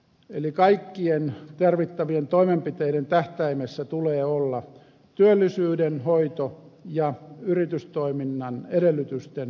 eli kaikkien tarvittavien toimenpiteiden tähtäimessä tulee olla työllisyyden hoito ja yritystoiminnan edellytysten turvaaminen